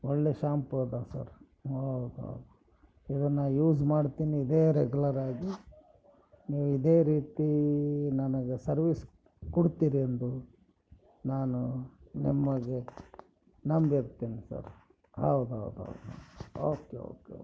ಒಳ್ಳೆ ಶಾಂಪೂ ಅದ ಸರ್ ಹೌದೌದು ಇದನ್ನು ಯೂಸ್ ಮಾಡೀನಿ ಇದೇ ರೆಗುಲರಾಗಿ ನೀವು ಇದೇ ರೀತಿ ನನಗೆ ಸರ್ವೀಸ್ ಕೊಡ್ತೀರೆಂದು ನಾನು ನಿಮಗೆ ನಂಬಿರ್ತೀನಿ ಸರ್ ಹೌದು ಹೌದು ಹೌದು ಹೌದು ಓಕೆ ಓಕೆ ಓಕೆ